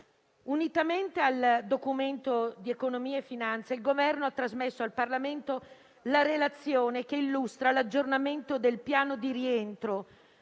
Unitamente al Documento di economia e finanza, il Governo ha trasmesso al Parlamento la Relazione che illustra l'aggiornamento del Piano di rientro